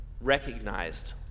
recognized